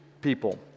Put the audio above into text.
people